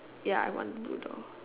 ya I want a blue door